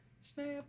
Snap